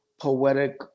poetic